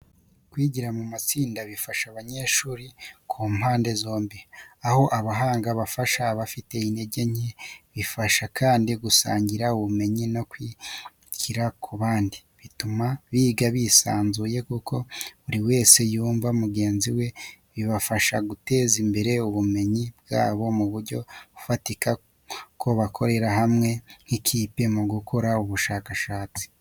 Kwigira mu matsinda bifasha abanyeshuri ku mpande zombi, aho abahanga bafasha abafite intege nke, bibafasha kandi gusangira ubumenyi no kwigira ku bandi. Bituma biga bisanzuye kuko buri wese yumva mugenzi we. Bibafasha guteza imbere ubumenyi bwabo mu buryo bufatika kuko bakorera hamwe nk’ikipe mu gukora ubushakashatsi.